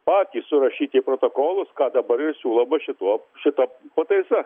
patys surašyti protokolus ką dabar ir siūlo va šituo šita pataisa